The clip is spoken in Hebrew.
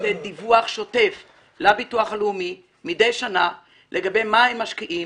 לתת דיווח שוטף לביטוח הלאומי מדי שנה לגבי מה הם משקיעים,